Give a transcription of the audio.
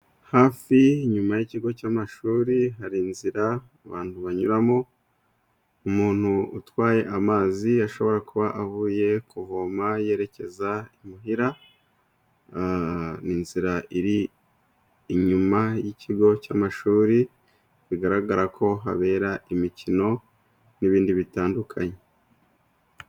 Hafi inyuma y'ikigo cy'amashuri hari inzira abantu banyuramo, umuntu utwaye amazi ashobora kuba avuye kuvoma yerekeza imuhira, inzira iri inyuma y'ikigo cy'amashuri bigaragarako habera imikino n'ibindi bitandukanye.